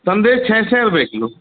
संदेस छै सौ रुपए किलो